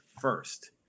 first